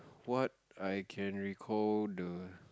what I can recall the